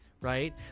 right